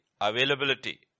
availability